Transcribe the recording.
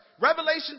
Revelation